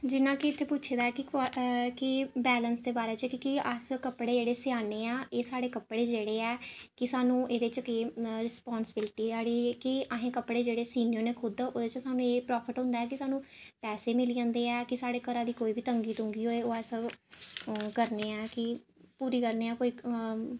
जि'यां कि इत्थै पुछेदा कि बैंलेस दे बारे च कि अस कपड़े जेह्ड़े सेआनेआं एह् साढ़े कपड़े जेह्ड़े ऐ कि सानूं इ'दे च केह् ऐ रिस्पोंस्बिल्टी साढ़ी कि अस कि कपड़े सीने होन्ने खुद उ'दे च सानूं एह् प्राफिट होंदा कि सानूं पैसे मिली आंदे ऐ कि सानूं घरा दी कोई बी तंगी तुंगी ओह् होए अस ओह् करने आं कि पूरी करनेआं